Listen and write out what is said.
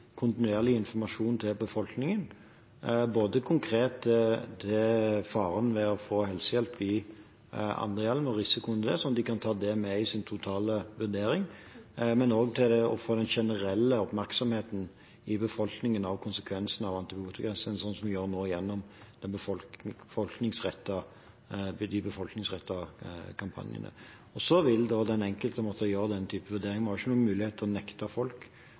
kontinuerlig informasjon til befolkningen konkret om faren ved å få helsehjelp i andre land og risikoen det er, så de kan ta det med i sin totale vurdering, og også oppfordre til en generell oppmerksomhet i befolkningen om konsekvensene av antibiotikaresistens, slik som vi gjør nå gjennom de befolkningsrettede kampanjene. Så vil den enkelte måtte gjøre den typen vurderinger. Vi har ikke noen mulighet til å nekte folk